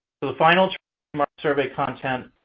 so, the final survey content